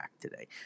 today